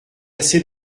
assez